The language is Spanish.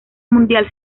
mundial